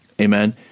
Amen